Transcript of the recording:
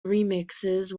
remixes